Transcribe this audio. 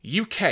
UK